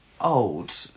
old